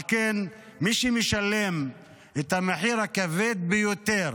על כן, מי שמשלם את המחיר הכבד ביותר